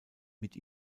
mit